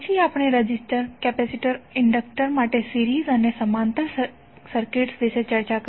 પછી આપણે resistor capacitor અને ઇન્ડક્ટર માટે સિરીઝ અને સમાંતર સર્કિટ્સ વિશે ચર્ચા કરી